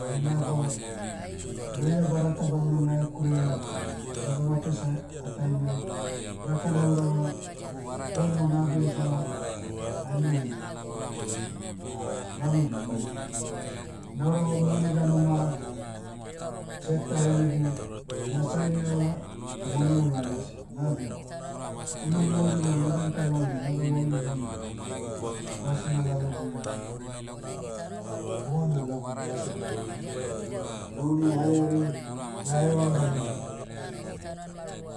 Hai nagwa, lohiadabda ta bamona na hekurevea, lagu matress ah- atainai, daka naurava, phone mo na abia isiva, aniandia, ranudia emaiva. Naurava moni danu ma, cheque ta ehenigu, na sign'iava, monina ma elasiva na'abiava. Una mauri ma lagan ta lalnai lagu mauri lalnai, basina lalo boio dibam, bona lagu mase taim nai. Dounu harihari, na herevam danu,